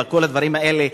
בכל הדברים האלה,